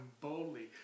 boldly